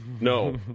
No